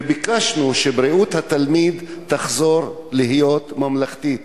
וביקשנו שבריאות התלמיד תחזור להיות ממלכתית